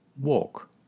Walk